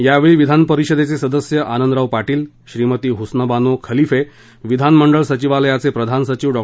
यावेळी विधानपरिषदेचे सदस्य आनंदराव पाटील श्रीमती हुस्नबानो खलिफे विधानमंडळ सचिवालयाचे प्रधान सचिव डॉ